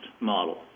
model